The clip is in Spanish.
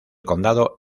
condado